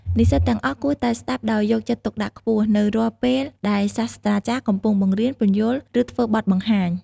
និស្សិតទាំងអស់គួរតែ ស្ដាប់ដោយយកចិត្តទុកដាក់ខ្ពស់ នៅរាល់ពេលដែលសាស្រ្តាចារ្យកំពុងបង្រៀន ពន្យល់ ឬធ្វើបទបង្ហាញ។